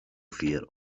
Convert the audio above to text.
fear